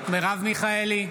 מיכאלי,